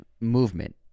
movement